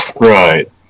Right